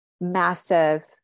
massive